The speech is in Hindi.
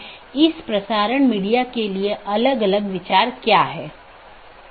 यह एक प्रकार की नीति है कि मैं अनुमति नहीं दूंगा